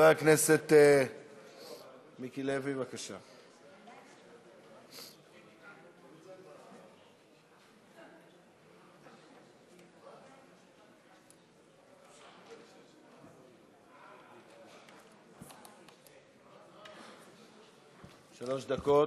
שלוש דקות.